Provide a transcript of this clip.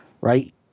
right